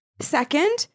Second